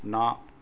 ਨਾ